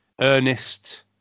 Ernest